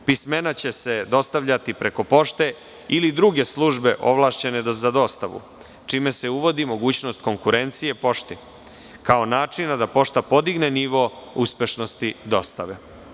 Pismena će se dostavljati preko pošte ili druge službe ovlašćene za dostavu, čime se uvodi mogućnost konkurencije pošti, kao načina da pošta podigne nivo uspešnosti dostave.